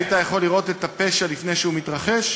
היית יכול לראות את הפשע לפני שהוא מתרחש.